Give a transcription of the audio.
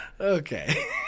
Okay